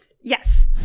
Yes